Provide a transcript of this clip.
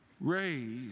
raised